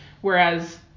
whereas